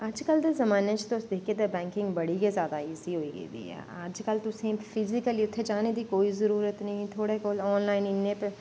अजकल्ल दे जमाने च तुस दिक्खगे ते बैंकिंग बड़ी गै जैदा इजी होई गेदी ऐ अजकल्ल तुसें गी फिजिक्ली उत्थै जाने दी कोई जरूरत नेईं थोहाड़े कोल आनलाइन इ'न्ने